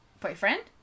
boyfriend